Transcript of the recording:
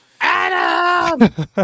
Adam